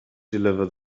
deliver